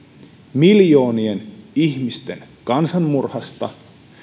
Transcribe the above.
miljoonien ihmisten kansanmurhasta ja